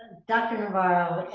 dr. navarro,